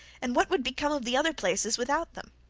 and what would become of the other places without them?